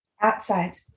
Outside